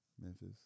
Memphis